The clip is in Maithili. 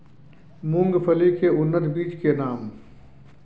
मूंगफली के उन्नत बीज के नाम?